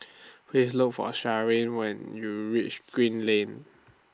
Please Look For Sharleen when YOU REACH Green Lane